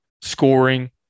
Scoring